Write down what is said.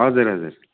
हजुर हजुर